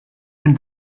and